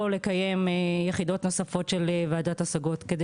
או לקיים יחידות נוספות של ועדת השגות כדי